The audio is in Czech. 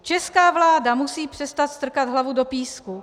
Česká vláda musí přestat strkat hlavu do písku.